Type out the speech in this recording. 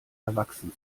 erwachsen